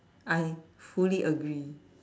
I fully agree